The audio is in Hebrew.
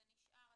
זה נשאר,